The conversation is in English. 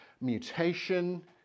mutation